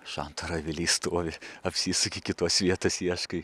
šantro aviliai stovi apsisuki kitos vietos ieškai